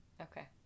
Okay